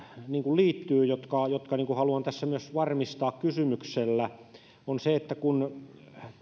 liittyy jotka jotka haluan tässä myös varmistaa kysymyksellä kun